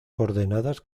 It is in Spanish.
coordenadas